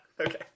Okay